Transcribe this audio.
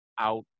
out